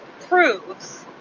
proves